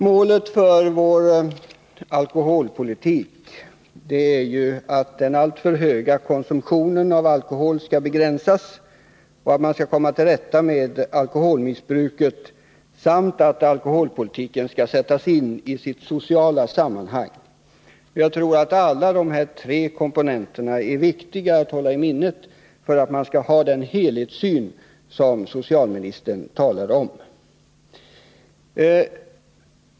Målet för vår alkoholpolitik är att den alltför höga konsumtionen av alkohol skall begränsas, att vi skall komma till rätta med alkoholmissbruket samt att alkoholpolitiken skall sättas in i sitt sociala sammanhang. Jag tror att alla dessa tre komponenter är viktiga att hålla i minnet för att vi skall kunna få den helhetssyn som socialministern talade om.